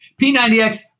P90X